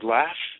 laugh